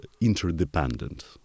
interdependent